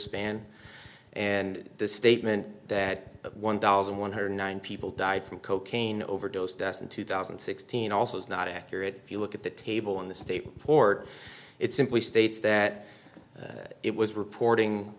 span and the statement that one dollars and one hundred nine people died from cocaine overdose deaths in two thousand and sixteen also is not accurate if you look at the table in the state court it simply states that it was reporting